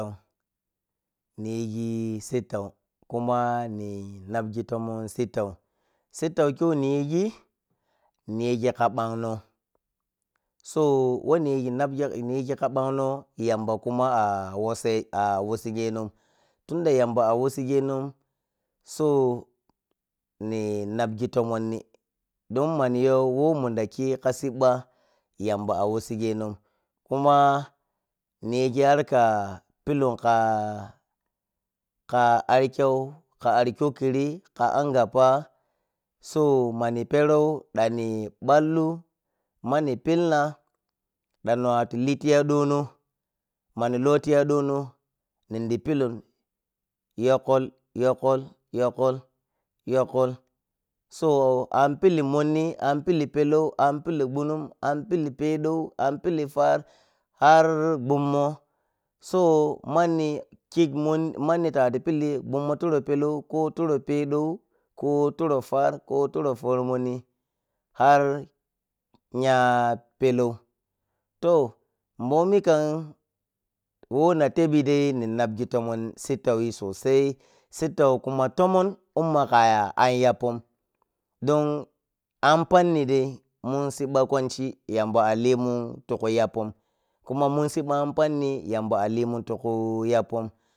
Niyigi sittau kuma ninabgi tomon sittau, sittuke whe niyigi niyigi ka banno so whe niyigi ka banno yamba kuma ah wasse ah wassiyeno tunda yamba awassigenon, so ni nabgi tomonni don mani yo whe mumda khika sibba yamba wassige non kuma ni yigi harka pilun ka, ka ar kyau, ka ar kyokkirii ka angappa so mani perou ɗanni ballu mani pilna, ɗann ni watu litiya ɗono mani lotiya ɗono nin din pilun yokkol, yokkol yokkol yokkol so an pili monni, an pili pelou, an pili gunum an pili peɗou, an pili ʢar har gummo, so manni kik monni manni ta watu pili gummo turo pelou ko gummo turo peɗou, ko turo ʢar, ko turo ʢorimonni har nja palou toh, bomi kam, whe ni teppi dai ni napgi tomon sittauyi sosai, sittau kuma tomon in maka an yappon don anpanni mun sibba kwanchi yamba ah laymun tiku pappon kuma mun sibba an panni yamba ah laymun tiku yappon.